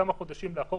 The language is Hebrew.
כמה חודשים לאחור,